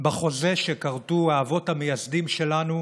בחוזה שכרתו האבות המייסדים שלנו